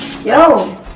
Yo